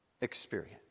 experience